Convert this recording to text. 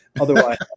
otherwise